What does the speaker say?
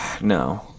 No